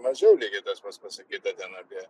mažiau lygiai tas pats pasakyta ten apie